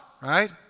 right